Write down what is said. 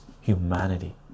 humanity